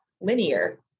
linear